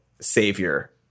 savior